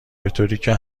بطوریکه